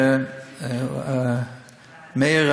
מאיר,